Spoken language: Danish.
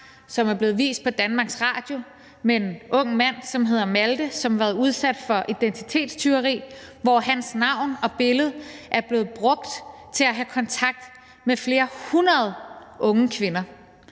som er blevet vist på DR med en ung mand, som hedder Malte, som har været udsat for et identitetstyveri, hvor hans navn og billede er blevet brugt til at have kontakt med flere hundrede unge kvinder.